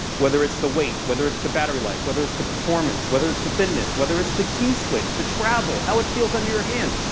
whether it's the weight. whether it's the battery life. whether it's the performance. whether it's the thinness. whether it's the key switch, the travel, how it feels under your hands.